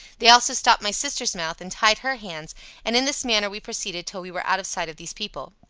they also stopped my sister's mouth, and tied her hands and in this manner we proceeded till we were out of the sight of these people.